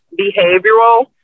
behavioral